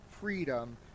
freedom